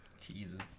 Jesus